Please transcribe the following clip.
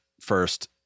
first